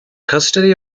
custody